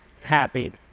happy